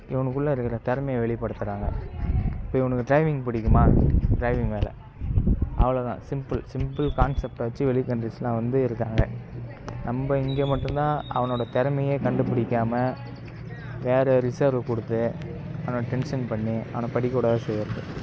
இவனுக்குள்ளே இருக்கிற திறமைய வெளிப்படுத்தறாங்க இப்போ இவனுக்கு ட்ரைவிங் பிடிக்குமா ட்ரைவிங் வேலை அவ்வளோதான் சிம்பிள் சிம்பிள் கான்செப்ட்டை வச்சு வெளி கண்ட்ரீஸ்லாம் வந்து இருக்காங்க நம்ப இங்கே மட்டும்தான் அவனோடய திறமையே கண்டுபிடிக்காம வேறு ரிசர்வ் குடுத்து அவனை டென்சன் பண்ணி அவனை படிக்கவிடாது செய்யறது